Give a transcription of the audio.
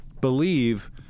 believe